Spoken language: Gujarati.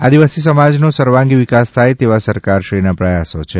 આદિવાસી સમાજનો સર્વાંગી વિકાસ થાય તેવા સરકારશ્રીના પ્રયાસો છે